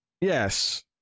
Yes